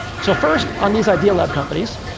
so first, on these idealab companies,